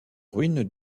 ruines